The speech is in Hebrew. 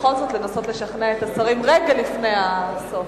בכל זאת לנסות לשכנע את השרים רגע לפני הסוף.